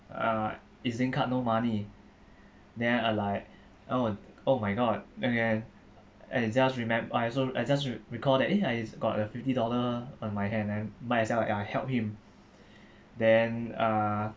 uh E_Z link card no money then I was like oh oh my god and then I just remem~ I also I just recall that eh I got a fifty dollar on my hand and might as well uh I helped him then uh